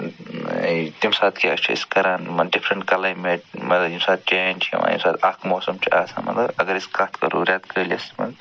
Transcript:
تَمہِ ساتہٕ کیٛاہ چھِ أسۍ کران یِمَن ڈِفرَنٛٹ کٕلایمیٹ مطلب ییٚمہِ ساتہٕ چینج چھِ یِوان ییٚمہِ ساتہٕ اَکھ موسَم چھِ آسان مطلب اگر أسۍ کَتھ کَرَو رٮ۪تہٕ کٲلِس منٛز